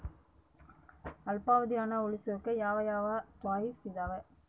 ಅಲ್ಪಾವಧಿ ಹಣ ಉಳಿಸೋಕೆ ಯಾವ ಯಾವ ಚಾಯ್ಸ್ ಇದಾವ?